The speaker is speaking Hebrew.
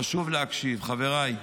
חשוב להקשיב, חבריי.